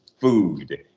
food